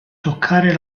toccare